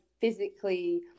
physically